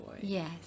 Yes